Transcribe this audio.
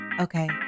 Okay